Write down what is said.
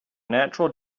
natural